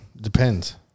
Depends